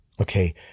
Okay